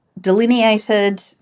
delineated